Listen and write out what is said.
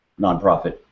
nonprofit